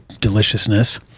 deliciousness